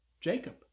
Jacob